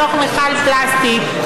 בתוך מכל פלסטיק,